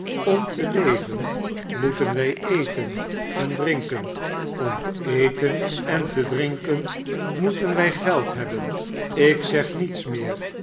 om te leven moeten wij eten en drinken om te eten en te drinken moeten wij geld hebben ik zeg niets meer